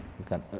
who's got,